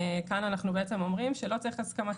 כאן אנחנו אומרים שלא צריך הסכמה,